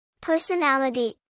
Personality